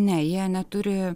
ne jie neturi